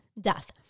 Death